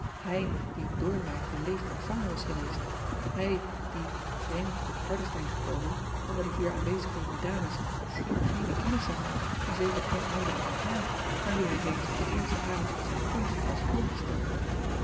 hij die op oornwijck beleefd ontvangen was geweest hij die vreemd op ardestein gekomen onder de hier aanwezige jonge dames schier geene kennissen had en zeker geene oudere dan haar aan wie hij reeds op den eersten avond van zijn komst was voorgesteld